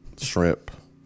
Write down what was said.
shrimp